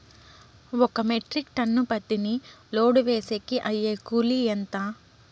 ఒక metric ton పత్తిని load వేసేకి అయ్యే కూలి ఎంత?